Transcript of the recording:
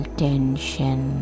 tension